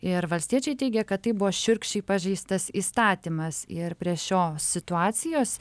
ir valstiečiai teigė kad tai buvo šiurkščiai pažeistas įstatymas ir prie šios situacijos